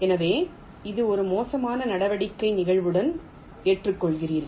எனவே இது ஒரு மோசமான நடவடிக்கையை நிகழ்தகவுடன் ஏற்றுக்கொள்கிறீர்கள்